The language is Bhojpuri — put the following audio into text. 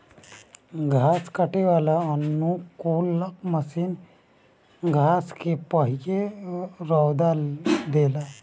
घास काटे वाला अनुकूलक मशीन घास के पहिले रौंद देला